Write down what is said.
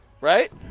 Right